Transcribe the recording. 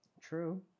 True